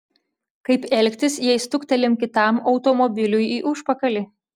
kaip elgtis jei stuktelim kitam automobiliui į užpakalį